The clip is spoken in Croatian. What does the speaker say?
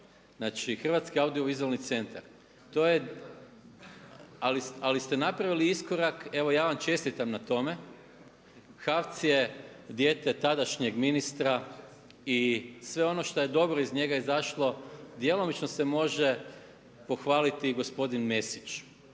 znači Hrvatski audiovizualni centar. To je, ali ste napravili iskorak, evo ja vam čestitam na tome, HAVC je dijete tadašnjeg ministra i sve ono što je dobro iz njega izašlo djelomično se može pohvaliti i gospodin Mesić.